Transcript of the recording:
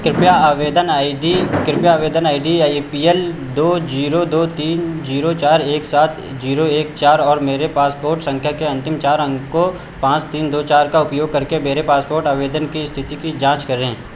कृपया आवेदन I D कृपया आवेदन I D A P L दो जीरो दो तीन जीरो चार एक सात जीरो एक चार और मेरे पासपोर्ट संख्या के अन्तिम चार अंकों पांच तीन दो चार का उपयोग करके मेरे पासपोर्ट आवेदन की स्थिति की जांच करें